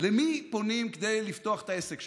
למי פונים כדי לפתוח את העסק שלך?